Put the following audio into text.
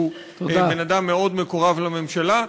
שהוא בן-אדם מאוד מקורב לממשלה.